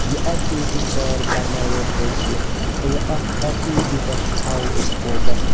یہِ ایٚکٹیٛوٗٹی سان پَرناوون أسۍ یہِ اَتھ ایکٹیٛوٗٹی پٮ۪ٹھ تھاوو أسۍ فوکَس